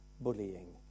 bullying